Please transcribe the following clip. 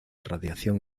radiación